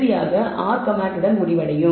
இறுதியாக R command உடன் முடிவடையும்